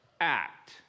act